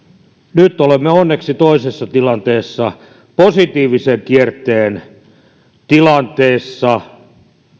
nyt olemme onneksi toisessa tilanteessa positiivisen kierteen tilanteessa